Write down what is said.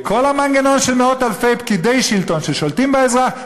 וכל המנגנון של מאות-אלפי פקידי שלטון ששולטים באזרח,